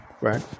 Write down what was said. Right